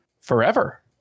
forever